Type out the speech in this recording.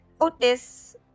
Otis